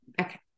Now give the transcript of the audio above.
okay